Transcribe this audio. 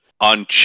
on